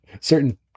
certain